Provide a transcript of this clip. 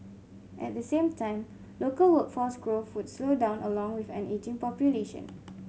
at the same time local workforce growth would slow down along with an ageing population